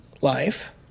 life